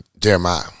Jeremiah